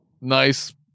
nice